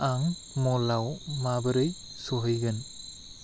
आं मलआव माबोरै सौहैगोन